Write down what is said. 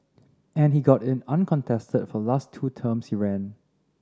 and he got in uncontested for last two terms he ran